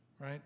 Right